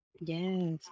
Yes